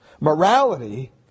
Morality